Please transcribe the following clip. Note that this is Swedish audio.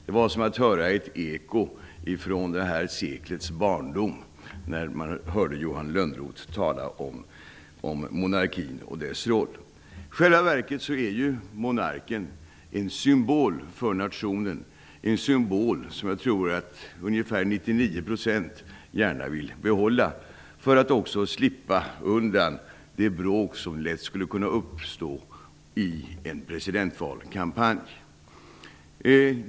Det var som att höra ett eko från detta sekels barndom när I själva verket är monarken en symbol för nationen -- som jag tror att ungefär 99 % av befolkningen vill behålla. Då slipper man också undan det bråk som lätt uppstår i en presidentvalskampanj.